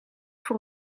voor